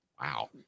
Wow